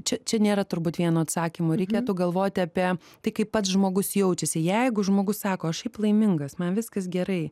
čia čia nėra turbūt vieno atsakymo reikėtų galvoti apie tai kaip pats žmogus jaučiasi jeigu žmogus sako aš šiaip laimingas man viskas gerai